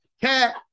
cat